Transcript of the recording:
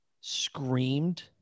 screamed